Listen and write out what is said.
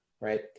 right